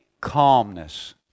Calmness